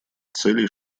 целей